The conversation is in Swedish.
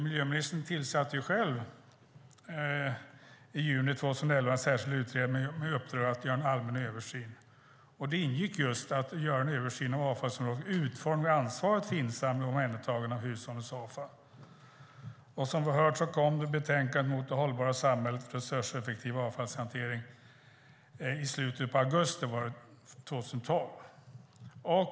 I juli 2011 tillsatte miljöministern själv en särskild utredning med uppdrag att göra en allmän översyn. I den ingick att göra en översyn av avfallsområdets utformning och ansvar för insamling och omhändertagande av hushållens avfall. Som vi har hört kom betänkandet Mot det hållbara samhället - resurseffektiv avfallshantering i slutet av augusti 2012.